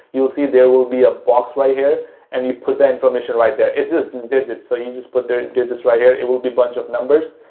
you'll see there will be a box right here and you put that information right there. it's just digit so you just put there just right here, it will be bunch of numbers,